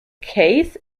case